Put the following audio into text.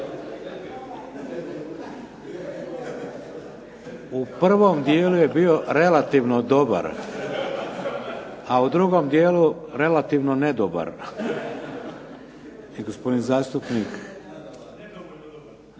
U prvom dijelu je bio relativno dobar, a u drugom dijelu relativno nedobar. I gospodin zastupnik